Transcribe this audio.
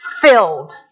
filled